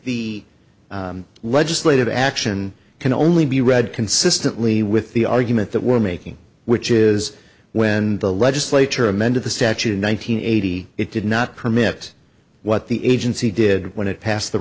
the legislative action can only be read consistently with the argument that we're making which is when the legislature amended the statute in one nine hundred eighty it did not permit what the agency did when it passed the